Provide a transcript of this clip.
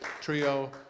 trio